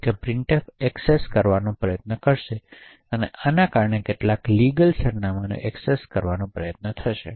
સંભવ છે કે પ્રિન્ટફ એક્સેસ પ્રયત્ન કરશે આને કારણે કેટલાક લીગલ સરનામાંને એક્સેસ કરવાનો પ્રયત્ન કરશે